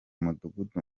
mudugudu